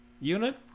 unit